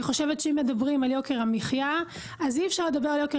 חושבת שאם מדברים על יוקר המחיה אז אי אפשר לדבר על יוקר